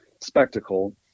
spectacle